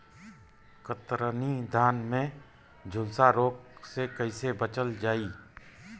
कतरनी धान में झुलसा रोग से कइसे बचल जाई?